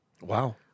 Wow